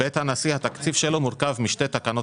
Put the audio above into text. בית הנשיא התקציב שלו מורכב משתי תקנות